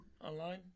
online